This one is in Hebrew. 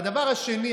והדבר השני,